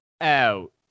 out